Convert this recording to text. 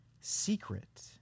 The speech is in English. secret